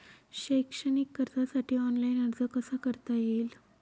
शैक्षणिक कर्जासाठी ऑनलाईन अर्ज कसा करता येईल?